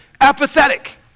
apathetic